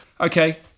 Okay